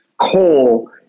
coal